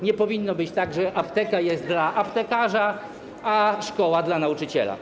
Nie powinno być tak, że apteka jest dla aptekarza, a szkoła dla nauczyciela.